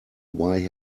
why